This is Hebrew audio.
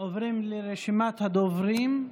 עוברים לרשימת הדוברים.